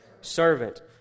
Servant